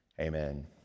Amen